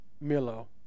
Milo